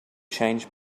changed